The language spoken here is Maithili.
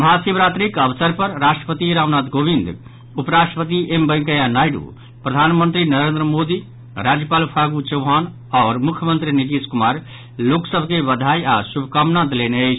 महाशिवरात्रिक अवसर पर राष्ट्रपति रामनाथ कोविंद उपराष्ट्रपति एम वैकेंया नायडू प्रधानमंत्री नरेन्द्र मोदी राज्यपाल फागू चौहान आओर मुख्यमंत्री नीतीश कुमार लोक सभ के बधाई आओर शुभकामना देलनि अछि